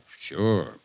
sure